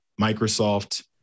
Microsoft